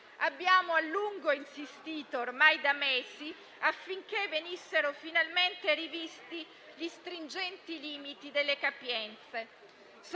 abbiamo a lungo insistito per mesi affinché venissero finalmente rivisti gli stringenti limiti delle capienze.